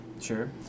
Sure